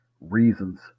reasons